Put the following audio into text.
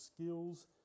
skills